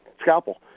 Scalpel